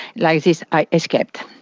like this i escaped.